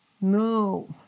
No